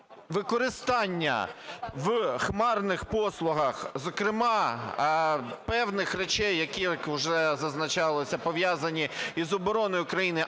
використання в хмарних послугах, зокрема, певних речей, які, як уже зазначалося, пов'язані з обороною країни,